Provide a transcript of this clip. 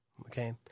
okay